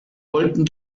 wollten